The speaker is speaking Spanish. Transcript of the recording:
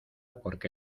porque